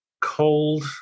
cold